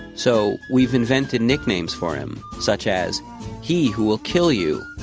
so we've invented nicknames for him, such as he who will kill you.